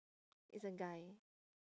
is a guy